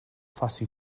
faci